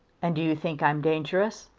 and do you think i am dangerous?